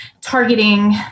targeting